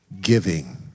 giving